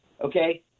okay